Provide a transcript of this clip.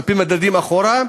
על-פי מדדים אחורה,